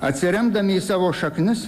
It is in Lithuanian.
atsiremdami į savo šaknis